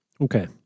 Okay